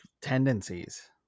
tendencies